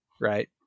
right